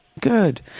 good